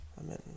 Amen